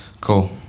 Cool